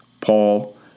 Paul